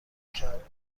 کرد